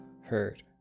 hurt